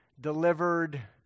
delivered